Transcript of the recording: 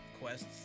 quests